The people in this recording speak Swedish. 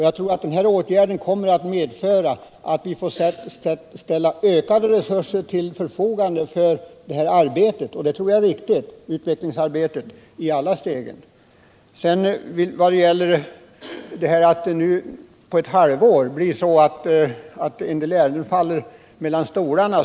Jag tror att de föreslagna åtgärderna kommer att medföra att vi får ställa ökade resurser till förfogande för utvecklingsarbetet i alla skeden. Det tror jag är viktigt. Det har vidare påståtts att det under ett halvår blir på det sättet att 83 en del ärenden faller mellan stolarna.